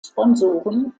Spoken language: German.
sponsoren